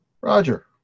Roger